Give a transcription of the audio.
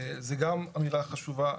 זה גם אמירה חשובה.